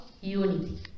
unity